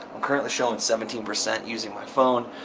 i'm currently showing seventeen percent using my phone,